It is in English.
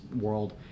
world